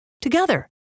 together